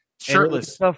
shirtless